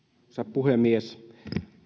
puhemies